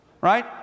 right